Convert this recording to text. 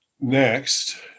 Next